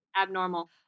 Abnormal